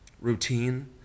routine